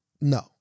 no